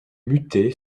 muté